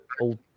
old